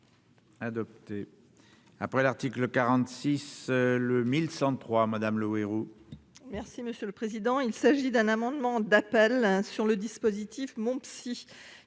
Adopté après l'article 46 le 1103 Madame le héros. Merci monsieur le président, il s'agit d'un amendement d'appel hein sur le dispositif MonPsy